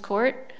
court